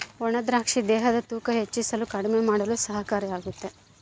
ಒಣ ದ್ರಾಕ್ಷಿ ದೇಹದ ತೂಕ ಹೆಚ್ಚಿಸಲು ಕಡಿಮೆ ಮಾಡಲು ಸಹಕಾರಿ ಆಗ್ತಾದ